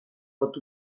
pot